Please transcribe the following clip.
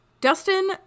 Dustin